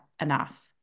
enough